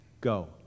Go